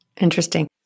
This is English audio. Interesting